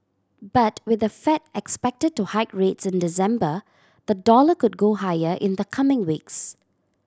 but with the Fed expected to hike rates in December the dollar could go higher in the coming weeks